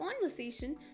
conversation